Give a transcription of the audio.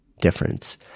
difference